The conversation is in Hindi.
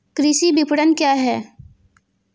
कृषि विपणन क्या है?